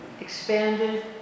expanded